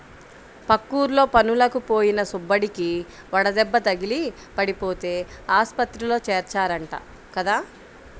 పక్కూర్లో పనులకి పోయిన సుబ్బడికి వడదెబ్బ తగిలి పడిపోతే ఆస్పత్రిలో చేర్చారంట కదా